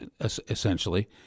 essentially